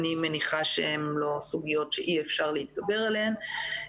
אבל אני מניחה שהן לא סוגיות שאי אפשר להתגבר עליהן.